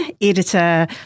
editor